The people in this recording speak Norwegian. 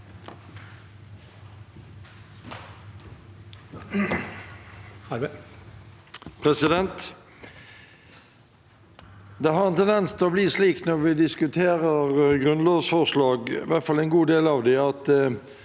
Det har en tendens til å bli slik når vi diskuterer grunnlovsforslag, i hvert fall en god del av dem, at